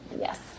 yes